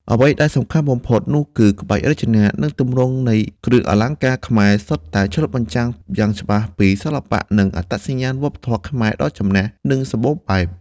អ្វីដែលសំខាន់បំផុតនោះគឺ ក្បាច់រចនា និងទម្រង់នៃគ្រឿងអលង្ការខ្មែរ សុទ្ធតែឆ្លុះបញ្ចាំងយ៉ាងច្បាស់ពី សិល្បៈ និងអត្តសញ្ញាណវប្បធម៌ខ្មែរដ៏ចំណាស់ និងសម្បូរបែប។